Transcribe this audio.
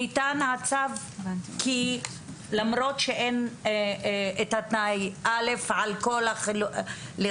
דווקא ניתן הצו למרות שאין את תנאי א' על לחלופין.